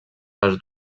les